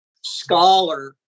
scholar